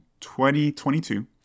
2022